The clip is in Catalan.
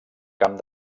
camp